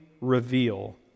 reveal